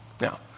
Now